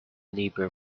neighbor